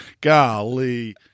Golly